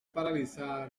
paraliza